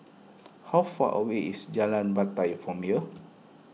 how far away is Jalan Batai from here